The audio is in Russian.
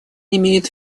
имеют